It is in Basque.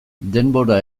denbora